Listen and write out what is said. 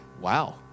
wow